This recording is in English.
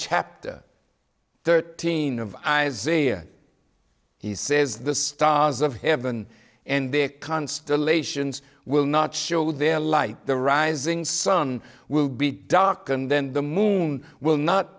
chapter thirteen of isaiah he says the stars of heaven and the constellations will not show their light the rising sun will be darkened then the moon will not